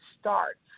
start